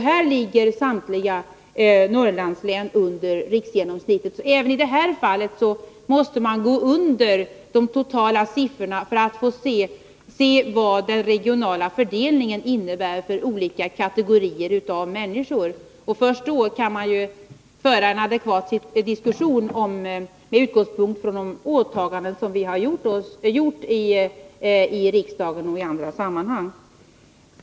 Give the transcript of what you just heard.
Här ligger samtliga Norrlandslän under riksgenomsnittet. Även i det här fallet måste man gå under de totala siffrorna för att se vad den regionala fördelningen innebär för olika kategorier av människor. Först då kan man föra en adekvat diskussion med utgångspunkt från de åtaganden som vi har gjort i riksdagen och i andra sammanhang.